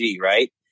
right